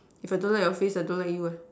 if I don't like your face I don't like you uh